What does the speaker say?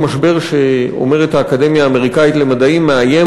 אותו משבר שהאקדמיה האמריקאית למדעים אומרת שהוא מאיים